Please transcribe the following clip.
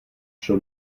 šel